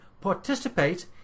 participate